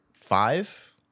five